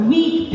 Weak